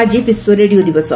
ଆଜି ବିଶ୍ୱ ରେଡ଼ିଓ ଦିବସ